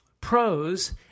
pros